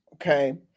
Okay